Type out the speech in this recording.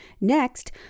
Next